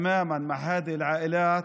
מרגישים לגמרי שבמשפחות האלה,